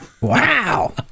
Wow